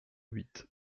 huit